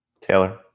Taylor